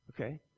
okay